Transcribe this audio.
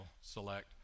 select